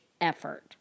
effort